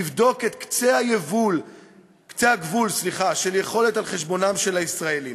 לבדוק את קצה הגבול של היכולת על חשבונם של הישראלים.